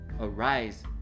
arise